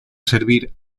servir